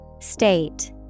State